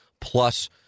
plus